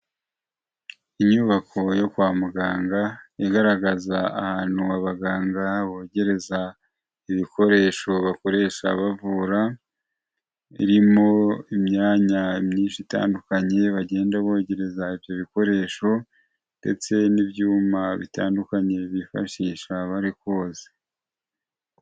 Inyubako yo kwa muganga igaragaza ahantu abaganga bogereza ibikoresho bakoresha bavura, birimo imyanya myinshi itandukanye, bagenda bogereza ibyo bikoresho ndetse n'ibyuma bitandukanye bifashishwa bari koza.